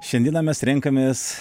šiandieną mes renkamės